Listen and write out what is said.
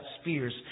spears